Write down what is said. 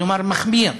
כלומר מחמיר,